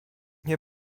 nie